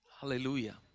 Hallelujah